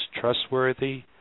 trustworthy